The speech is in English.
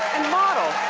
model.